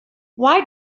why